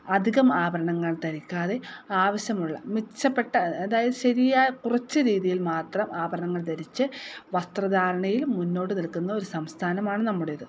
അധികം ആഭരണങ്ങൾ ധരിക്കാതെ ആവിശ്യമുള്ള മിച്ചപ്പെട്ട അതായത് ശരിയായ കുറച്ച് രീതിയിൽ മാത്രം ആഭരണങ്ങൾ ധരിച്ച് വസ്ത്ര ധാരണയിൽ മുന്നോട്ട് നിൽക്കുന്ന ഒരു സംസ്ഥാനമാണ് നമ്മുടേത്